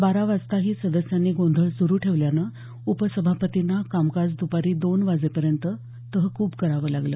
बारा वाजताही सदस्यांनी गोंधळ सुरू ठेवल्यानं उपसभापतींना कामकाज द्पारी दोन वाजेपर्यंत तहकूब करावं लागलं